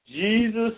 Jesus